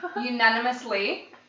Unanimously